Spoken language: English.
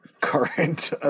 current